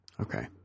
Okay